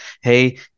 Hey